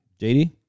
JD